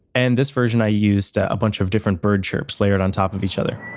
and this version, i used ah a bunch of different bird chirps layered on top of each other.